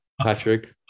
Patrick